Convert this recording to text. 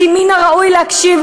כמו כל הילדים שלנו,